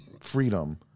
freedom